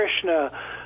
Krishna